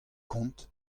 kont